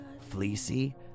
fleecy